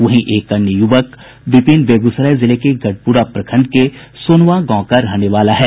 वहीं एक अन्य युवक विपिन बेगूसराय जिले के गढ़पुरा प्रखंड के सोनवा गांव का रहने वाला था